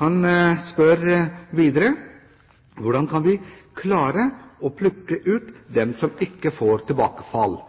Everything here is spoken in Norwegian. Han spør: «Hvordan kan vi klare å plukke ut dem som ikke får tilbakefall?»